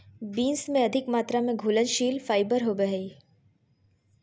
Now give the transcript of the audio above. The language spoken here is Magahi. बीन्स में अधिक मात्रा में घुलनशील फाइबर होवो हइ